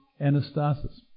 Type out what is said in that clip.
Anastasis